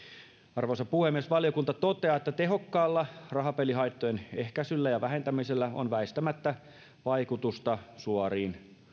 arvoisa puhemies valiokunta toteaa että tehokkaalla rahapelihaittojen ehkäisyllä ja vähentämisellä on väistämättä vaikutusta suoriin